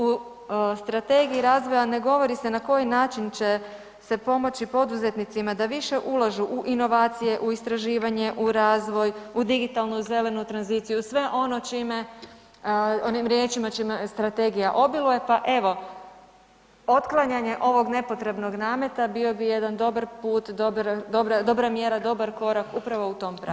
U Strategiji razvoja ne govori se na koji način će se pomoći poduzetnicima da više ulažu u inovacije, u istraživanje, u razvoj, u digitalnu zelenu tranziciju, sve ono čime, onim riječima čime Strategija obiluje, pa evo, otklanjanje ovog nepotrebnog nameta bio bi jedan dobar put, dobra mjera, dobar korak upravo u tom pravcu.